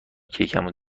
کیکم